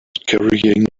carrying